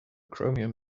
chromium